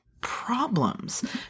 problems